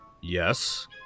Yes